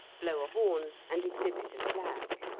blow a horn, and exhibit a flag.